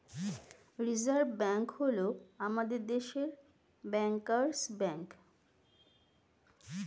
reserve bank হল আমাদের দেশের ব্যাঙ্কার্স ব্যাঙ্ক